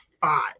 five